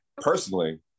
personally